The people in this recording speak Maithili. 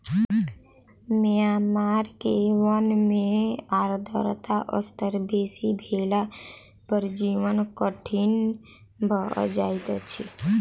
म्यांमार के वन में आर्द्रता स्तर बेसी भेला पर जीवन कठिन भअ जाइत अछि